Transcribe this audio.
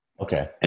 Okay